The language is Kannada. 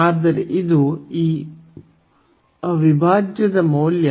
ಆದರೆ ಇದು ಈ ಅವಿಭಾಜ್ಯದ ಮೌಲ್ಯ